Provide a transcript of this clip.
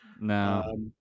no